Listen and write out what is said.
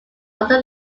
other